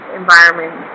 environment